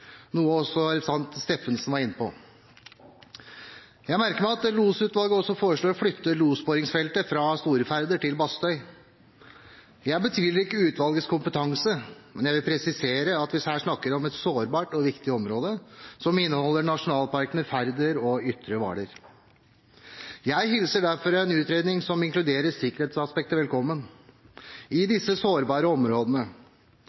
noe også representanten Steffensen var inne på. Jeg merker meg at losutvalget også foreslår å flytte losbordingsfeltet fra Store Færder til Bastøy. Jeg betviler ikke utvalgets kompetanse, men jeg vil presisere at vi her snakker om et sårbart og viktig område, som inneholder nasjonalparkene Færder og Ytre Hvaler. Jeg hilser derfor en utredning som inkluderer sikkerhetsaspektet velkommen i